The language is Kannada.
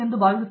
ಪ್ರೊಫೆಸರ್